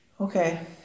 Okay